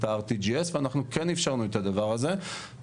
ה-RTGS ואנחנו כן אפשרנו את הדבר הזה,